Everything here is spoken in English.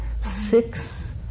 six